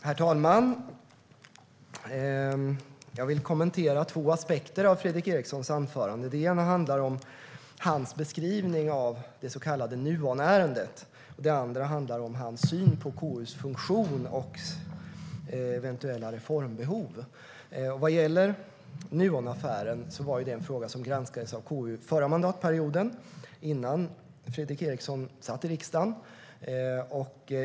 Herr talman! Jag vill kommentera två aspekter av Fredrik Erikssons anförande. Den ena är hans beskrivning av det så kallade Nuonärendet, och den andra är hans syn på KU:s funktion och eventuella reformbehov. Nuonaffären var en fråga som granskades av KU förra mandatperioden, innan Fredrik Eriksson satt i riksdagen.